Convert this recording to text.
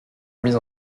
mise